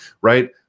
right